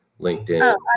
LinkedIn